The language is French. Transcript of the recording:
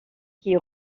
qui